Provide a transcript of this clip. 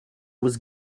was